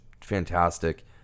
fantastic